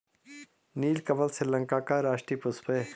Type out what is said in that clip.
नीलकमल श्रीलंका का राष्ट्रीय पुष्प है